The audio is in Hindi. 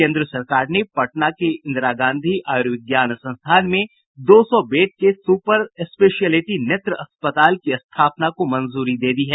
केंद्र सरकार ने पटना के इंदिरा गांधी आयुर्विज्ञान संस्थान में दो सौ बेड के सूपर स्पेशियलिटी नेत्र अस्पताल की स्थापना को मंजूरी दे दी है